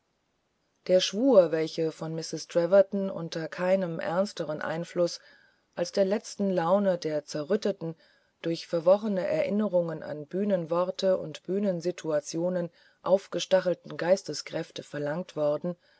der schwur welcher von mistreß treverton unter keinem ernstern einfluß als der letzten laune der zerrütteten durch verworrene erinnerungen an bühnenworte und bühnensituationen aufgestachelten geisteskräfte verlangt worden